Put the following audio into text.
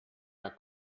herr